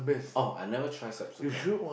oh I never try Subsuka